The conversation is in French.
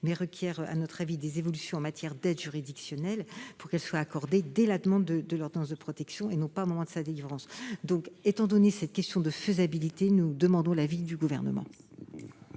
mais requiert des évolutions en matière d'aide juridictionnelle, afin que celle-ci soit accordée dès la demande de l'ordonnance de protection et non plus au moment de sa délivrance. Pour cette question de faisabilité, nous demandons l'avis du Gouvernement.